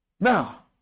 now